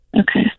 Okay